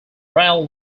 royal